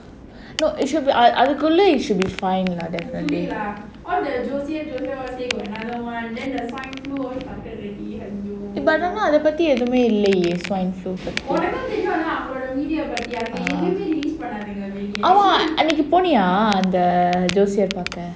no it should be அதுக்குள்ள:adhukulla it should be fine lah definitely அத பத்தி எதுமே இல்லையே:adha paththi edhumae illayae swine flu ah அன்னைக்கு போனியா அந்த ஜோசியம் பார்க்க:annaikku poniya andha josiyam paarka